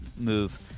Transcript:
move